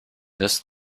this